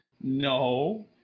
No